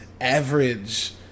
average